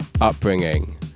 upbringing